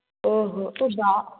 ଓହୋ ତ ବା